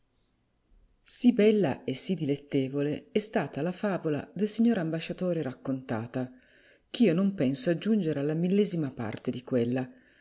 sì bella e si dilettevole è stata la favola dal signor ambasciatore raccontata ch'io non penso aggiungere alla millesima parte di quella